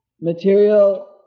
material